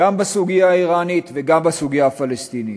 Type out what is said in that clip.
גם בסוגיה האיראנית וגם בסוגיה הפלסטינית.